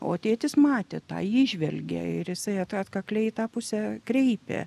o tėtis matė tą įžvelgė ir jisai atkakliai į tą pusę kreipė